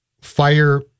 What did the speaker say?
Fire